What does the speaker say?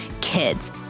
kids